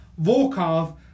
Volkov